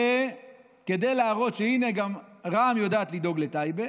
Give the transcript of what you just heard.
וכדי להראות שהינה, גם רע"מ יודעת לדאוג לטייבה,